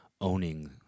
owning